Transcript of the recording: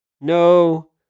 No